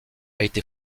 été